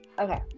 okay